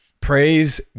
Praise